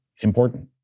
important